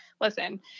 listen